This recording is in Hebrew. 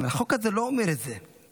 החוק הזה לא אומר את זה.